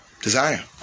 desire